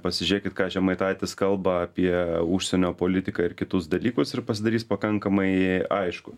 pasižiūrėkit ką žemaitaitis kalba apie užsienio politiką ir kitus dalykus ir pasidarys pakankamai aišku